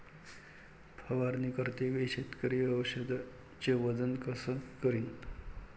फवारणी करते वेळी शेतकरी औषधचे वजन कस करीन?